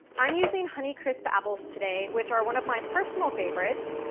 i'm using honeycrisp apples today, which are one of my personal favorites,